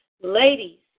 ladies